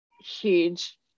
Huge